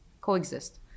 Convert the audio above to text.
Coexist